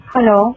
Hello